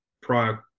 prior